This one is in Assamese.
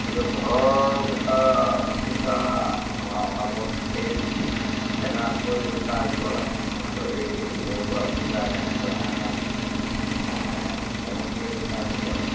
কিন্তু ঘৰৰ কথা চিন্তা আমাৰ অনবৰত থাকেই কেনেকৈ পইচা আৰ্জিব লাগে কেনেকৈ ক'ৰ পৰা পইচা কেনেকৈ আহে কোনখিনি পইচা আমি ক'ত